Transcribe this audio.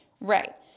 Right